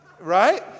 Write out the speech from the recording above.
right